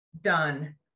done